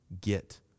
get